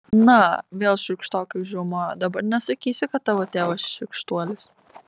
na vėl šiurkštokai užriaumojo dabar nesakysi kad tavo tėvas šykštuolis